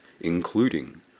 including